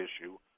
issue